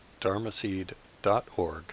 dharmaseed.org